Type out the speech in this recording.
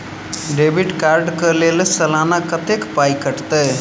Debit card कऽ लेल सलाना कत्तेक पाई कटतै?